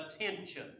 attention